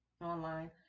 online